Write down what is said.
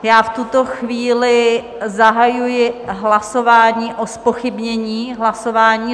V tuto chvíli zahajuji hlasování o zpochybnění hlasování.